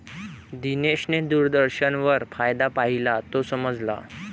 दिनेशने दूरदर्शनवर फायदा पाहिला, तो समजला